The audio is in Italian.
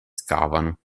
scavano